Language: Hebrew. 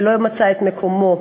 ולא מצא את מקומו.